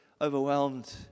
overwhelmed